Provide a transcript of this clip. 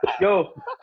Yo